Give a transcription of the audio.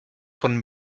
von